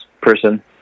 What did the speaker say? person